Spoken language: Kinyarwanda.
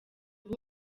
ubu